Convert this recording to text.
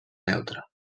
neutre